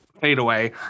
fadeaway